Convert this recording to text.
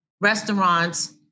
restaurants